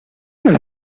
nos